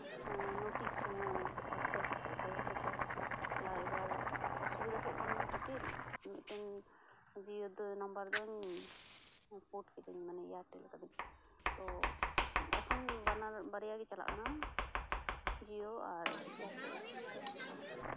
notice ᱠᱚᱦᱚᱸ WhatsApp ᱠᱚᱛᱮ ᱡᱷᱚᱛᱚ ᱪᱟᱞᱟᱜᱼᱟ ᱮᱵᱟᱨ ᱚᱥᱩᱵᱤᱫᱟ ᱦᱩᱭᱩᱜ ᱠᱟᱱ ᱠᱷᱟᱹᱛᱤᱨ ᱢᱤᱫᱴᱮᱱ ᱡᱤᱭᱳ ᱟᱢᱵᱟᱨ ᱫᱩᱧ ᱯᱳᱴ ᱠᱤᱫᱟᱹᱧ ᱢᱟᱱᱮ ᱮᱭᱟᱨᱴᱟᱞ ᱠᱟ ᱫᱤᱧ ᱛᱚ ᱮᱠᱷᱚᱱ ᱵᱟᱱᱟᱨ ᱵᱟᱨᱭᱟ ᱜᱮ ᱪᱟᱞᱟᱜ ᱠᱟᱱᱟ ᱡᱤᱭᱳ ᱟᱨ ᱮᱭᱟᱨᱴᱮᱞ